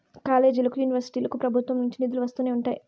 కాలేజీలకి, యూనివర్సిటీలకు ప్రభుత్వం నుండి నిధులు వస్తూనే ఉంటాయి